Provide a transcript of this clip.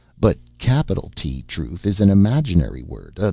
but capital t truth is an imaginary word,